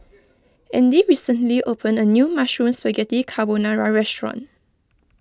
andy recently opened a new Mushroom Spaghetti Carbonara restaurant